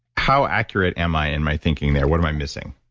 how accurate am i in my thinking there? what am i missing?